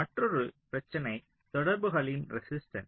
மற்றொரு பிரச்சினை தொடர்புகளின் ரெசிஸ்டன்ஸ்